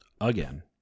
Again